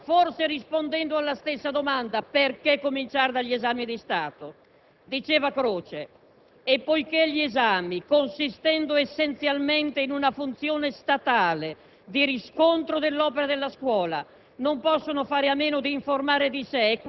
tre anni prima della riforma Gentile, forse rispondendo alla stessa domanda: perché cominciare dagli esami di Stato? Diceva Croce: «E poiché gli esami, consistendo essenzialmente in una funzione statale di riscontro dell'opera della scuola,